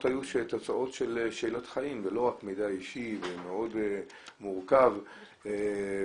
היו תוצאות של שאלת חיים ולא רק מידע אישי ומאוד מורכב ודיסקרטי.